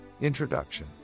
Introduction